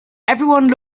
everyone